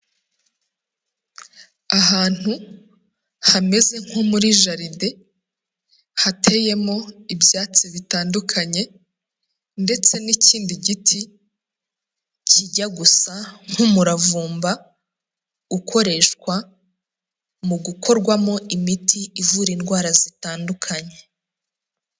Ahantu hameze nko muri jaride, hateyemo ibyatsi bitandukanye ndetse n'ikindi giti kijya gusa nk'umuravumba, ukoreshwa mu gukorwamo imiti ivura indwara zitandukanye.